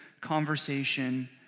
conversation